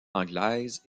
anglaise